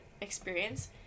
experience